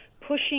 pushing